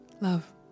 Love